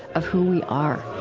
of who we are.